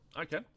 Okay